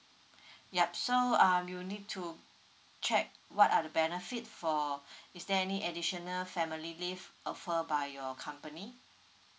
yup so um you need to check what are the benefit for is there any additional family leave offer by your company